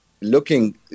looking